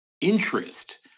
interest